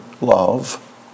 love